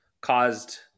caused